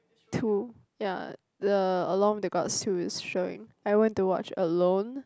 two ya the along with the Gods two is showing I went to watch alone